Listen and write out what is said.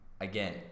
again